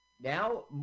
now